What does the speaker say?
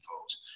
folks